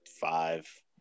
five